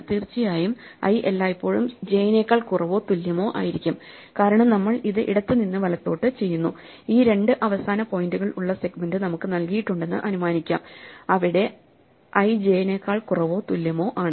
തീർച്ചയായും i എല്ലായ്പ്പോഴും j നേക്കാൾ കുറവോ തുല്യമോ ആയിരിക്കും കാരണം നമ്മൾ ഇത് ഇടത്തുനിന്ന് വലത്തോട്ട് ചെയ്യുന്നു ഈ രണ്ട് അവസാന പോയിന്റുകൾ ഉള്ള സെഗ്മെന്റ് നമുക്ക് നൽകിയിട്ടുണ്ടെന്ന് അനുമാനിക്കാം അവിടെ ഐ j നേക്കാൾ കുറവോ തുല്യമോ ആണ്